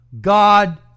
God